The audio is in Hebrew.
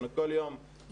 אבל אנחנו כל יום במאבק.